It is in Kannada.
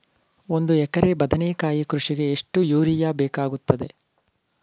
ಒಂದು ಎಕರೆ ಬದನೆಕಾಯಿ ಕೃಷಿಗೆ ಎಷ್ಟು ಯೂರಿಯಾ ಬೇಕಾಗುತ್ತದೆ?